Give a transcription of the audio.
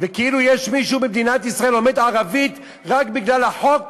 וכאילו יש מישהו במדינת ישראל שלומד ערבית רק בגלל החוק,